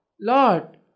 Lord